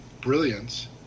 brilliance